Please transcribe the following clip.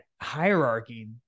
hierarchy